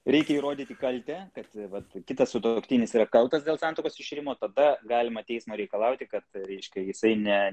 reikia įrodyti kaltę kad vat kitas sutuoktinis yra kaltas dėl santuokos iširimo tada galima teismo reikalauti kad reiškia jisai ne